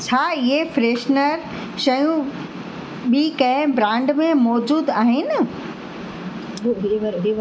छा इहे फ्रेशनर शयूं ॿीं कंहिं ब्रांड में मौजूदु आहिनि इहे इहे वारो इहे वारो